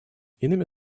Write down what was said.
иными